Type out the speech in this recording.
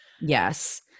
Yes